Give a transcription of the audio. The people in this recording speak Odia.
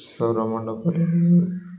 ସୌରମଣ୍ଡଳରେ